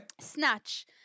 Snatch